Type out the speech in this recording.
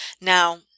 now